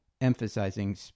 emphasizing